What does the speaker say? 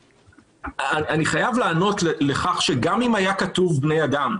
אני חייב לענות לכך שגם אם היה כתוב "בני אדם",